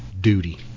duty